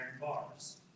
bars